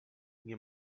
nie